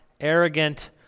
arrogant